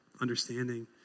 understanding